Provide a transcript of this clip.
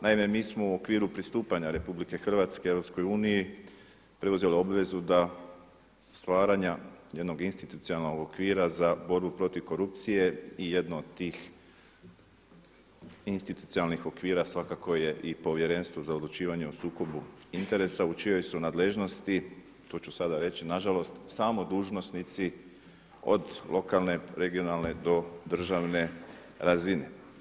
Naime, mi smo u okviru pristupanja RH EU preuzeli obvezu stvaranja jednog institucionalnog okvira za borbu protiv korupcije i jedno od tih institucionalnog okvira svakako je i Povjerenstvo za odlučivanje o sukobu interesa u čijoj su nadležnosti, tu ću sada reći nažalost, samo dužnosnici od lokalne, regionalne do državne razine.